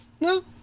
No